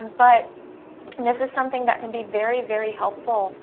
um but and this is something that can be very, very, helpful